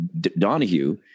donahue